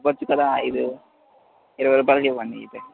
ఇవ్వచ్చు కదా ఐదు ఇరవై రుపాయలకి ఇవ్వండి అయితే